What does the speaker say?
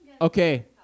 Okay